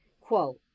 quote